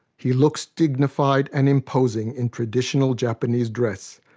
he looks dignified and imposing in traditional japanese dress,